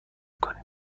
کنیم